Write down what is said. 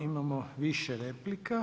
Imamo više replika.